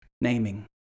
Naming